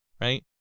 right